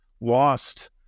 lost